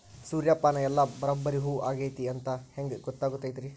ಸೂರ್ಯಪಾನ ಎಲ್ಲ ಬರಬ್ಬರಿ ಹೂ ಆಗೈತಿ ಅಂತ ಹೆಂಗ್ ಗೊತ್ತಾಗತೈತ್ರಿ?